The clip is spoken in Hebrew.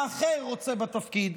האחר רוצה בתפקיד,